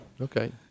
Okay